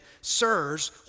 sirs